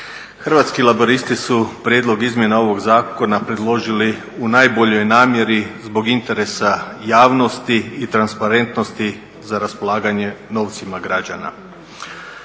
Hrvatski laburisti su prijedlog izmjena ovog zakona predložili u najboljoj namjeri zbog interesa javnosti i transparentnosti za raspolaganje novcima građana.